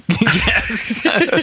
yes